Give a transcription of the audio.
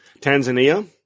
Tanzania